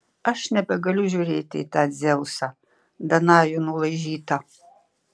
aš nebegaliu žiūrėti į tą dzeusą danajų nulaižytą